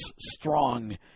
strong